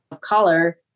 color